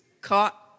caught